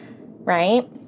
right